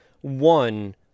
one